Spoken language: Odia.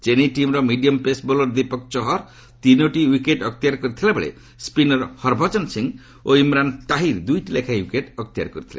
ଚେନ୍ନାଇ ଟିମ୍ର medium pace bowler Deepak Chahar ତିନୋଟି ୱିକେଟ୍ ଅକ୍ତିଆର କରିଥିବା ବେଳେ ସ୍ୱିନର ହରଭଜନ ସିଂହ ଓ ଇମ୍ରାନ୍ ତାହିର ଦୁଇଟି ଲେଖାଏଁ ଓ୍ପିକେଟ୍ ଅକ୍ତିଆର କରିଥିଲେ